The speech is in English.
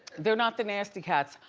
they're not the nasty cats.